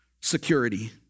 security